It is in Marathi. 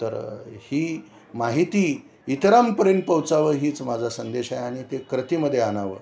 तर ही माहिती इतरांपर्यंत पोहोचावं हीच माझा संदेश आहे आणि ते कृतीमध्ये आणावं